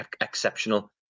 exceptional